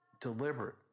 deliberate